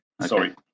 Sorry